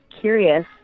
curious